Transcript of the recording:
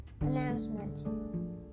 announcement